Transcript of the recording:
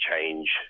change